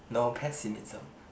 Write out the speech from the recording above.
no pessimism